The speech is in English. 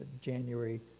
January